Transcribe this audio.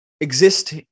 exist